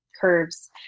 curves